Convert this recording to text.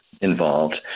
Involved